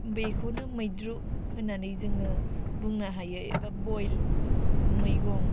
बेखौनो मैद्रु होन्नानै जोङो बुंनो हायो एबा बइल मैगं